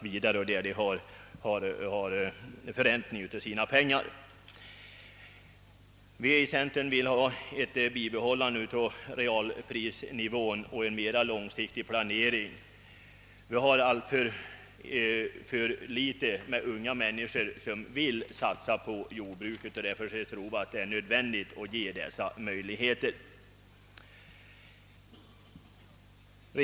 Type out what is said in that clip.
Vi i centern vill bibehålla realprisnivån och få en mera långsiktig planering. Det är alltför få unga människor som vill satsa på jordbruket, och därför tror vi att det är nödvändigt med sådana åtgärder.